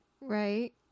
right